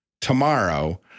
tomorrow